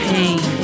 Pain